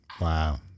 Wow